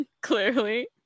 clearly